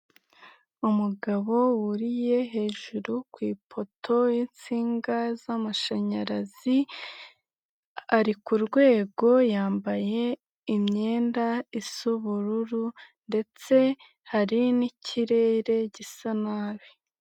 Umugabo wuriye hejuru ku ipoto y'insinga z'amashanyarazi ari ku rwego, yambaye imyenda isa ubururu ndetse hari n'ikirere gisa nabi.